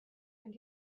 and